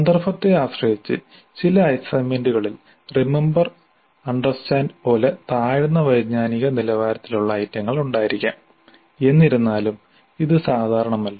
സന്ദർഭത്തെ ആശ്രയിച്ച് ചില അസൈൻമെന്റുകളിൽ റിമമ്പർ അണ്ടർസ്റ്റാൻഡ് പോലെ താഴ്ന്ന വൈജ്ഞാനിക നിലവാരത്തിലുള്ള ഐറ്റങ്ങൾ ഉണ്ടായിരിക്കാം എന്നിരുന്നാലും ഇത് സാധാരണമല്ല